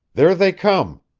there they come,